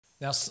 now